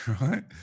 right